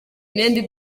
imyenda